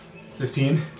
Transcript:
Fifteen